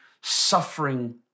suffering